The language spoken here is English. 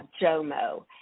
JOMO